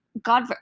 god